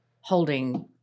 holding